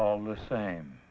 all the same